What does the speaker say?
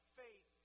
faith